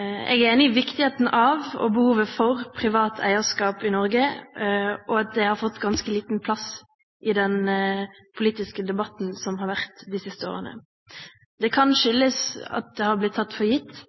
Jeg er enig i viktigheten av og behovet for privat eierskap i Norge, og at det har fått ganske liten plass i den politiske debatten som har vært de siste årene. Det kan skyldes at det har blitt tatt for gitt,